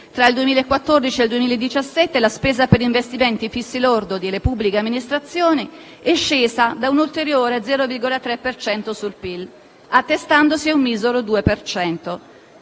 Tra il 2014 e il 2017 la spesa per investimenti fissi lordi delle pubbliche amministrazioni è scesa di un ulteriore 0,3 per cento sul PIL, attestandosi a un misero 2